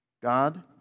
God